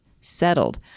settled